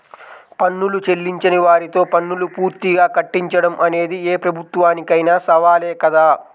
పన్నులు చెల్లించని వారితో పన్నులు పూర్తిగా కట్టించడం అనేది ఏ ప్రభుత్వానికైనా సవాలే కదా